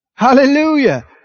Hallelujah